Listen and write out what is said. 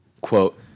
quote